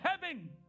heaven